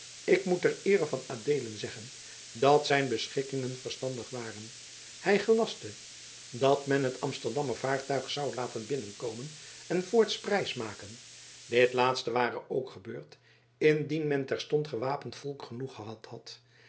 ik moet ter eere van adeelen zeggen dat zijn beschikkingen verstandig waren hij gelastte dat men het amsterdammer vaartuig zou laten binnenkomen en voorts prijsmaken dit laatste ware ook gebeurd indien men terstond gewapend volk genoeg gehad had